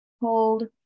Hold